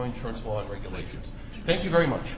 insurance what regulations thank you very much